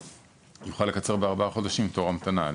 יוכל לקצר בארבעה חודשים תור המתנה.